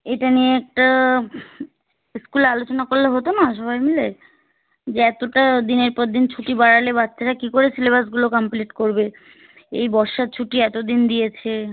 এটা নিয়ে একটা স্কুলে আলোচনা করলে হতো না সবাই মিলে যে এতটা দিনের পর দিন ছুটি বাড়ালে বাচ্চারা কী করে সিলেবাসগুলো কমপ্লিট করবে এই বর্ষার ছুটি এত দিন দিয়েছে